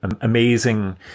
amazing